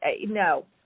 no